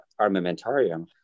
armamentarium